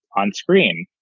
onscreen.